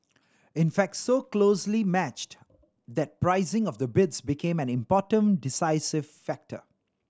in fact so closely matched that pricing of the bids became an important decisive factor